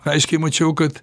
aiškiai mačiau kad